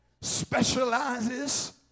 specializes